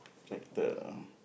check the uh